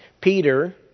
Peter